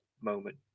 moment